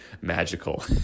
magical